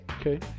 Okay